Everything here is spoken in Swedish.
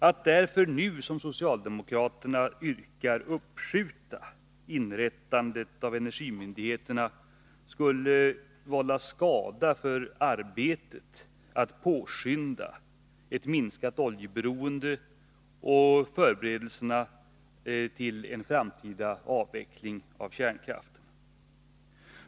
Att därför nu, som socialdemokraterna yrkar, uppskjuta inrättandet av energimyndigheterna skulle vålla skada för arbetet med att påskynda minskningen av vårt oljeberoende och förberedelserna för en framtida avveckling av kärnkraften.